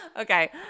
Okay